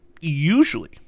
usually